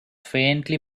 faintly